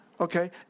Okay